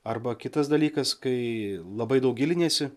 arba kitas dalykas kai labai daug giliniesi